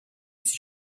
есть